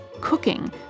Cooking